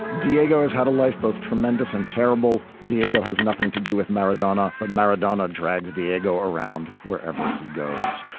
diego has had a life both tremendous and terrible. diego has nothing to do with maradona but maradona drags diego around wherever he goes.